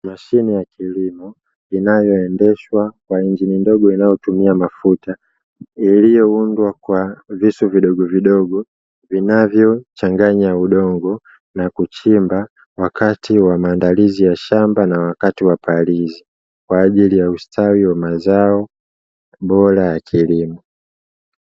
Mashine ya kilimo inayoendeshwa kwa injini ndogo, inayotumia mafuta iliyoundwa kwa visu vidogo vidogo, vinavyochanganya udongo na kuchimba wakati wa maandalizi ya shamba na wakati wa palizi, kwa ajili ya ustawi bora wa mazao bora ya kilimo.